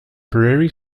prairie